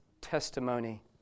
testimony